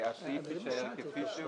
שהסעיף יישאר כפי שהוא,